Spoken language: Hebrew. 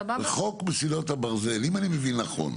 חוק מסילות הברזל, אם אני מבין נכון,